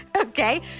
Okay